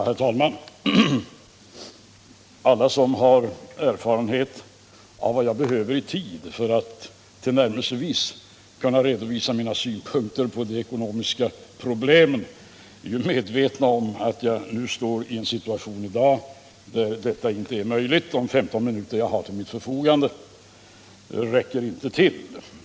Herr talman! Alla som har erfarenhet av vad jag behöver i tid för att tillnärmelsevis kunna redovisa mina synpunkter på de ekonomiska problemen är medvetna om att jag nu står i en situation där detta inte är möjligt — de 15 minuter som jag i dag har till mitt förfogande räcker inte till.